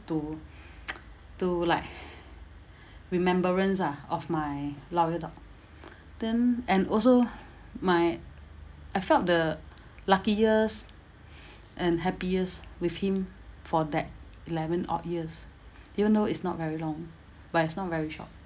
to to like remembrance ah of my loyal dog then and also my I felt the luckiest and happiest with him for that eleven odd years even though it's not very long but it's not very short